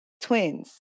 twins